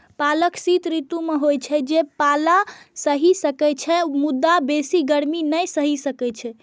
पालक शीत ऋतु मे होइ छै, जे पाला सहि सकै छै, मुदा बेसी गर्मी नै सहि सकै छै